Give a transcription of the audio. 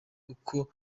uko